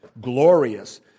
glorious